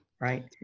Right